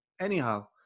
anyhow